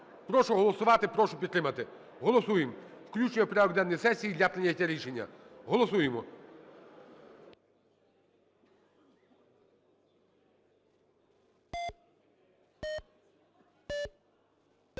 Прошу голосувати, прошу підтримати. Голосуємо включення в порядок денний сесії для прийняття рішення, голосуємо.